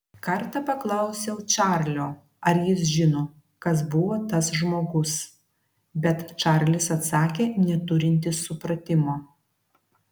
kartą paklausiau čarlio ar jis žino kas buvo tas žmogus bet čarlis atsakė neturintis supratimo